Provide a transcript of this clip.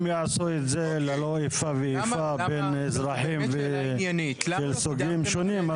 אם יעשו את זה ללא איפה ואיפה בין אזרחים וסוגים שונים,